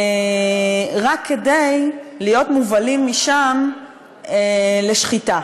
רק כדי להיות מובלים משם לשחיטה.